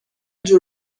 جور